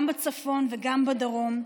גם בצפון וגם בדרום,